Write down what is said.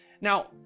now